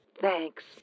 Thanks